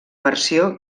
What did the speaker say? versió